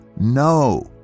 No